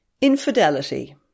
Infidelity